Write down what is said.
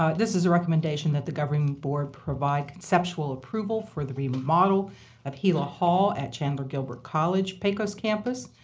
um this is a recommendation that the governing board provide conceptual approval for the remodel of gila hall at chandler-gilbert college, pecos campus.